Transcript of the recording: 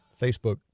Facebook